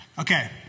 Okay